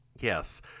Yes